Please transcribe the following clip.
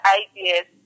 ideas